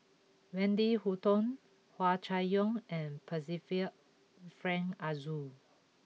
Wendy Hutton Hua Chai Yong and Percival Frank Aroozoo